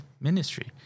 ministry